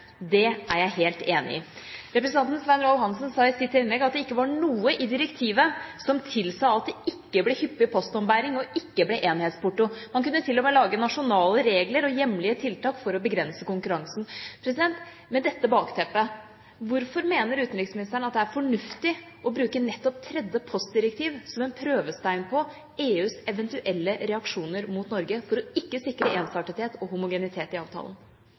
Det er jeg helt enig i. Representanten Svein Roald Hansen sa i sitt innlegg at det ikke var noe i direktivet som tilsa at det ikke ble hyppig postombæring og ikke ble enhetsporto. Man kunne til og med lage nasjonale regler og hjemlige tiltak for å begrense konkurransen. Med dette bakteppet: Hvorfor mener utenriksministeren at det er fornuftig å bruke nettopp det tredje postdirektiv som en prøvestein på EUs eventuelle reaksjoner mot Norge for ikke å sikre ensartethet og homogenitet i avtalen?